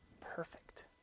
perfect